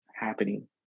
happening